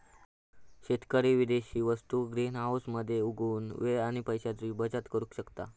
शेतकरी विदेशी वस्तु ग्रीनहाऊस मध्ये उगवुन वेळ आणि पैशाची बचत करु शकता